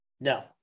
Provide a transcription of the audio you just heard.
No